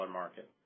market